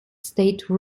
state